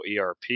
ERP